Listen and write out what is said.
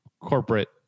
corporate